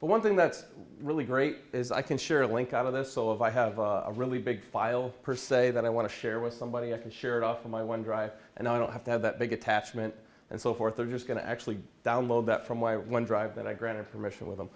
but one thing that's really great is i can share a link of this so if i have a really big file per se that i want to share with somebody i can share it off of my one drive and i don't have to have that big attachment and so forth are just going to actually download that from my when dr that i granted permission with them